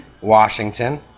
washington